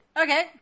Okay